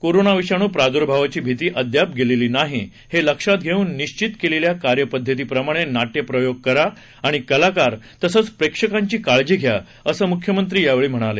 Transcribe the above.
corona विषाणू प्राद्भावाची भीती अद्याप गेलेली नाही हे लक्षात घेऊन निश्वित केलेल्या कार्यपद्धतीप्रमाणे नाट्य प्रयोग करा आणि कलाकार तसंच प्रेक्षकांची काळजी घ्या असं मुख्यमंत्री यावेळी म्हणाले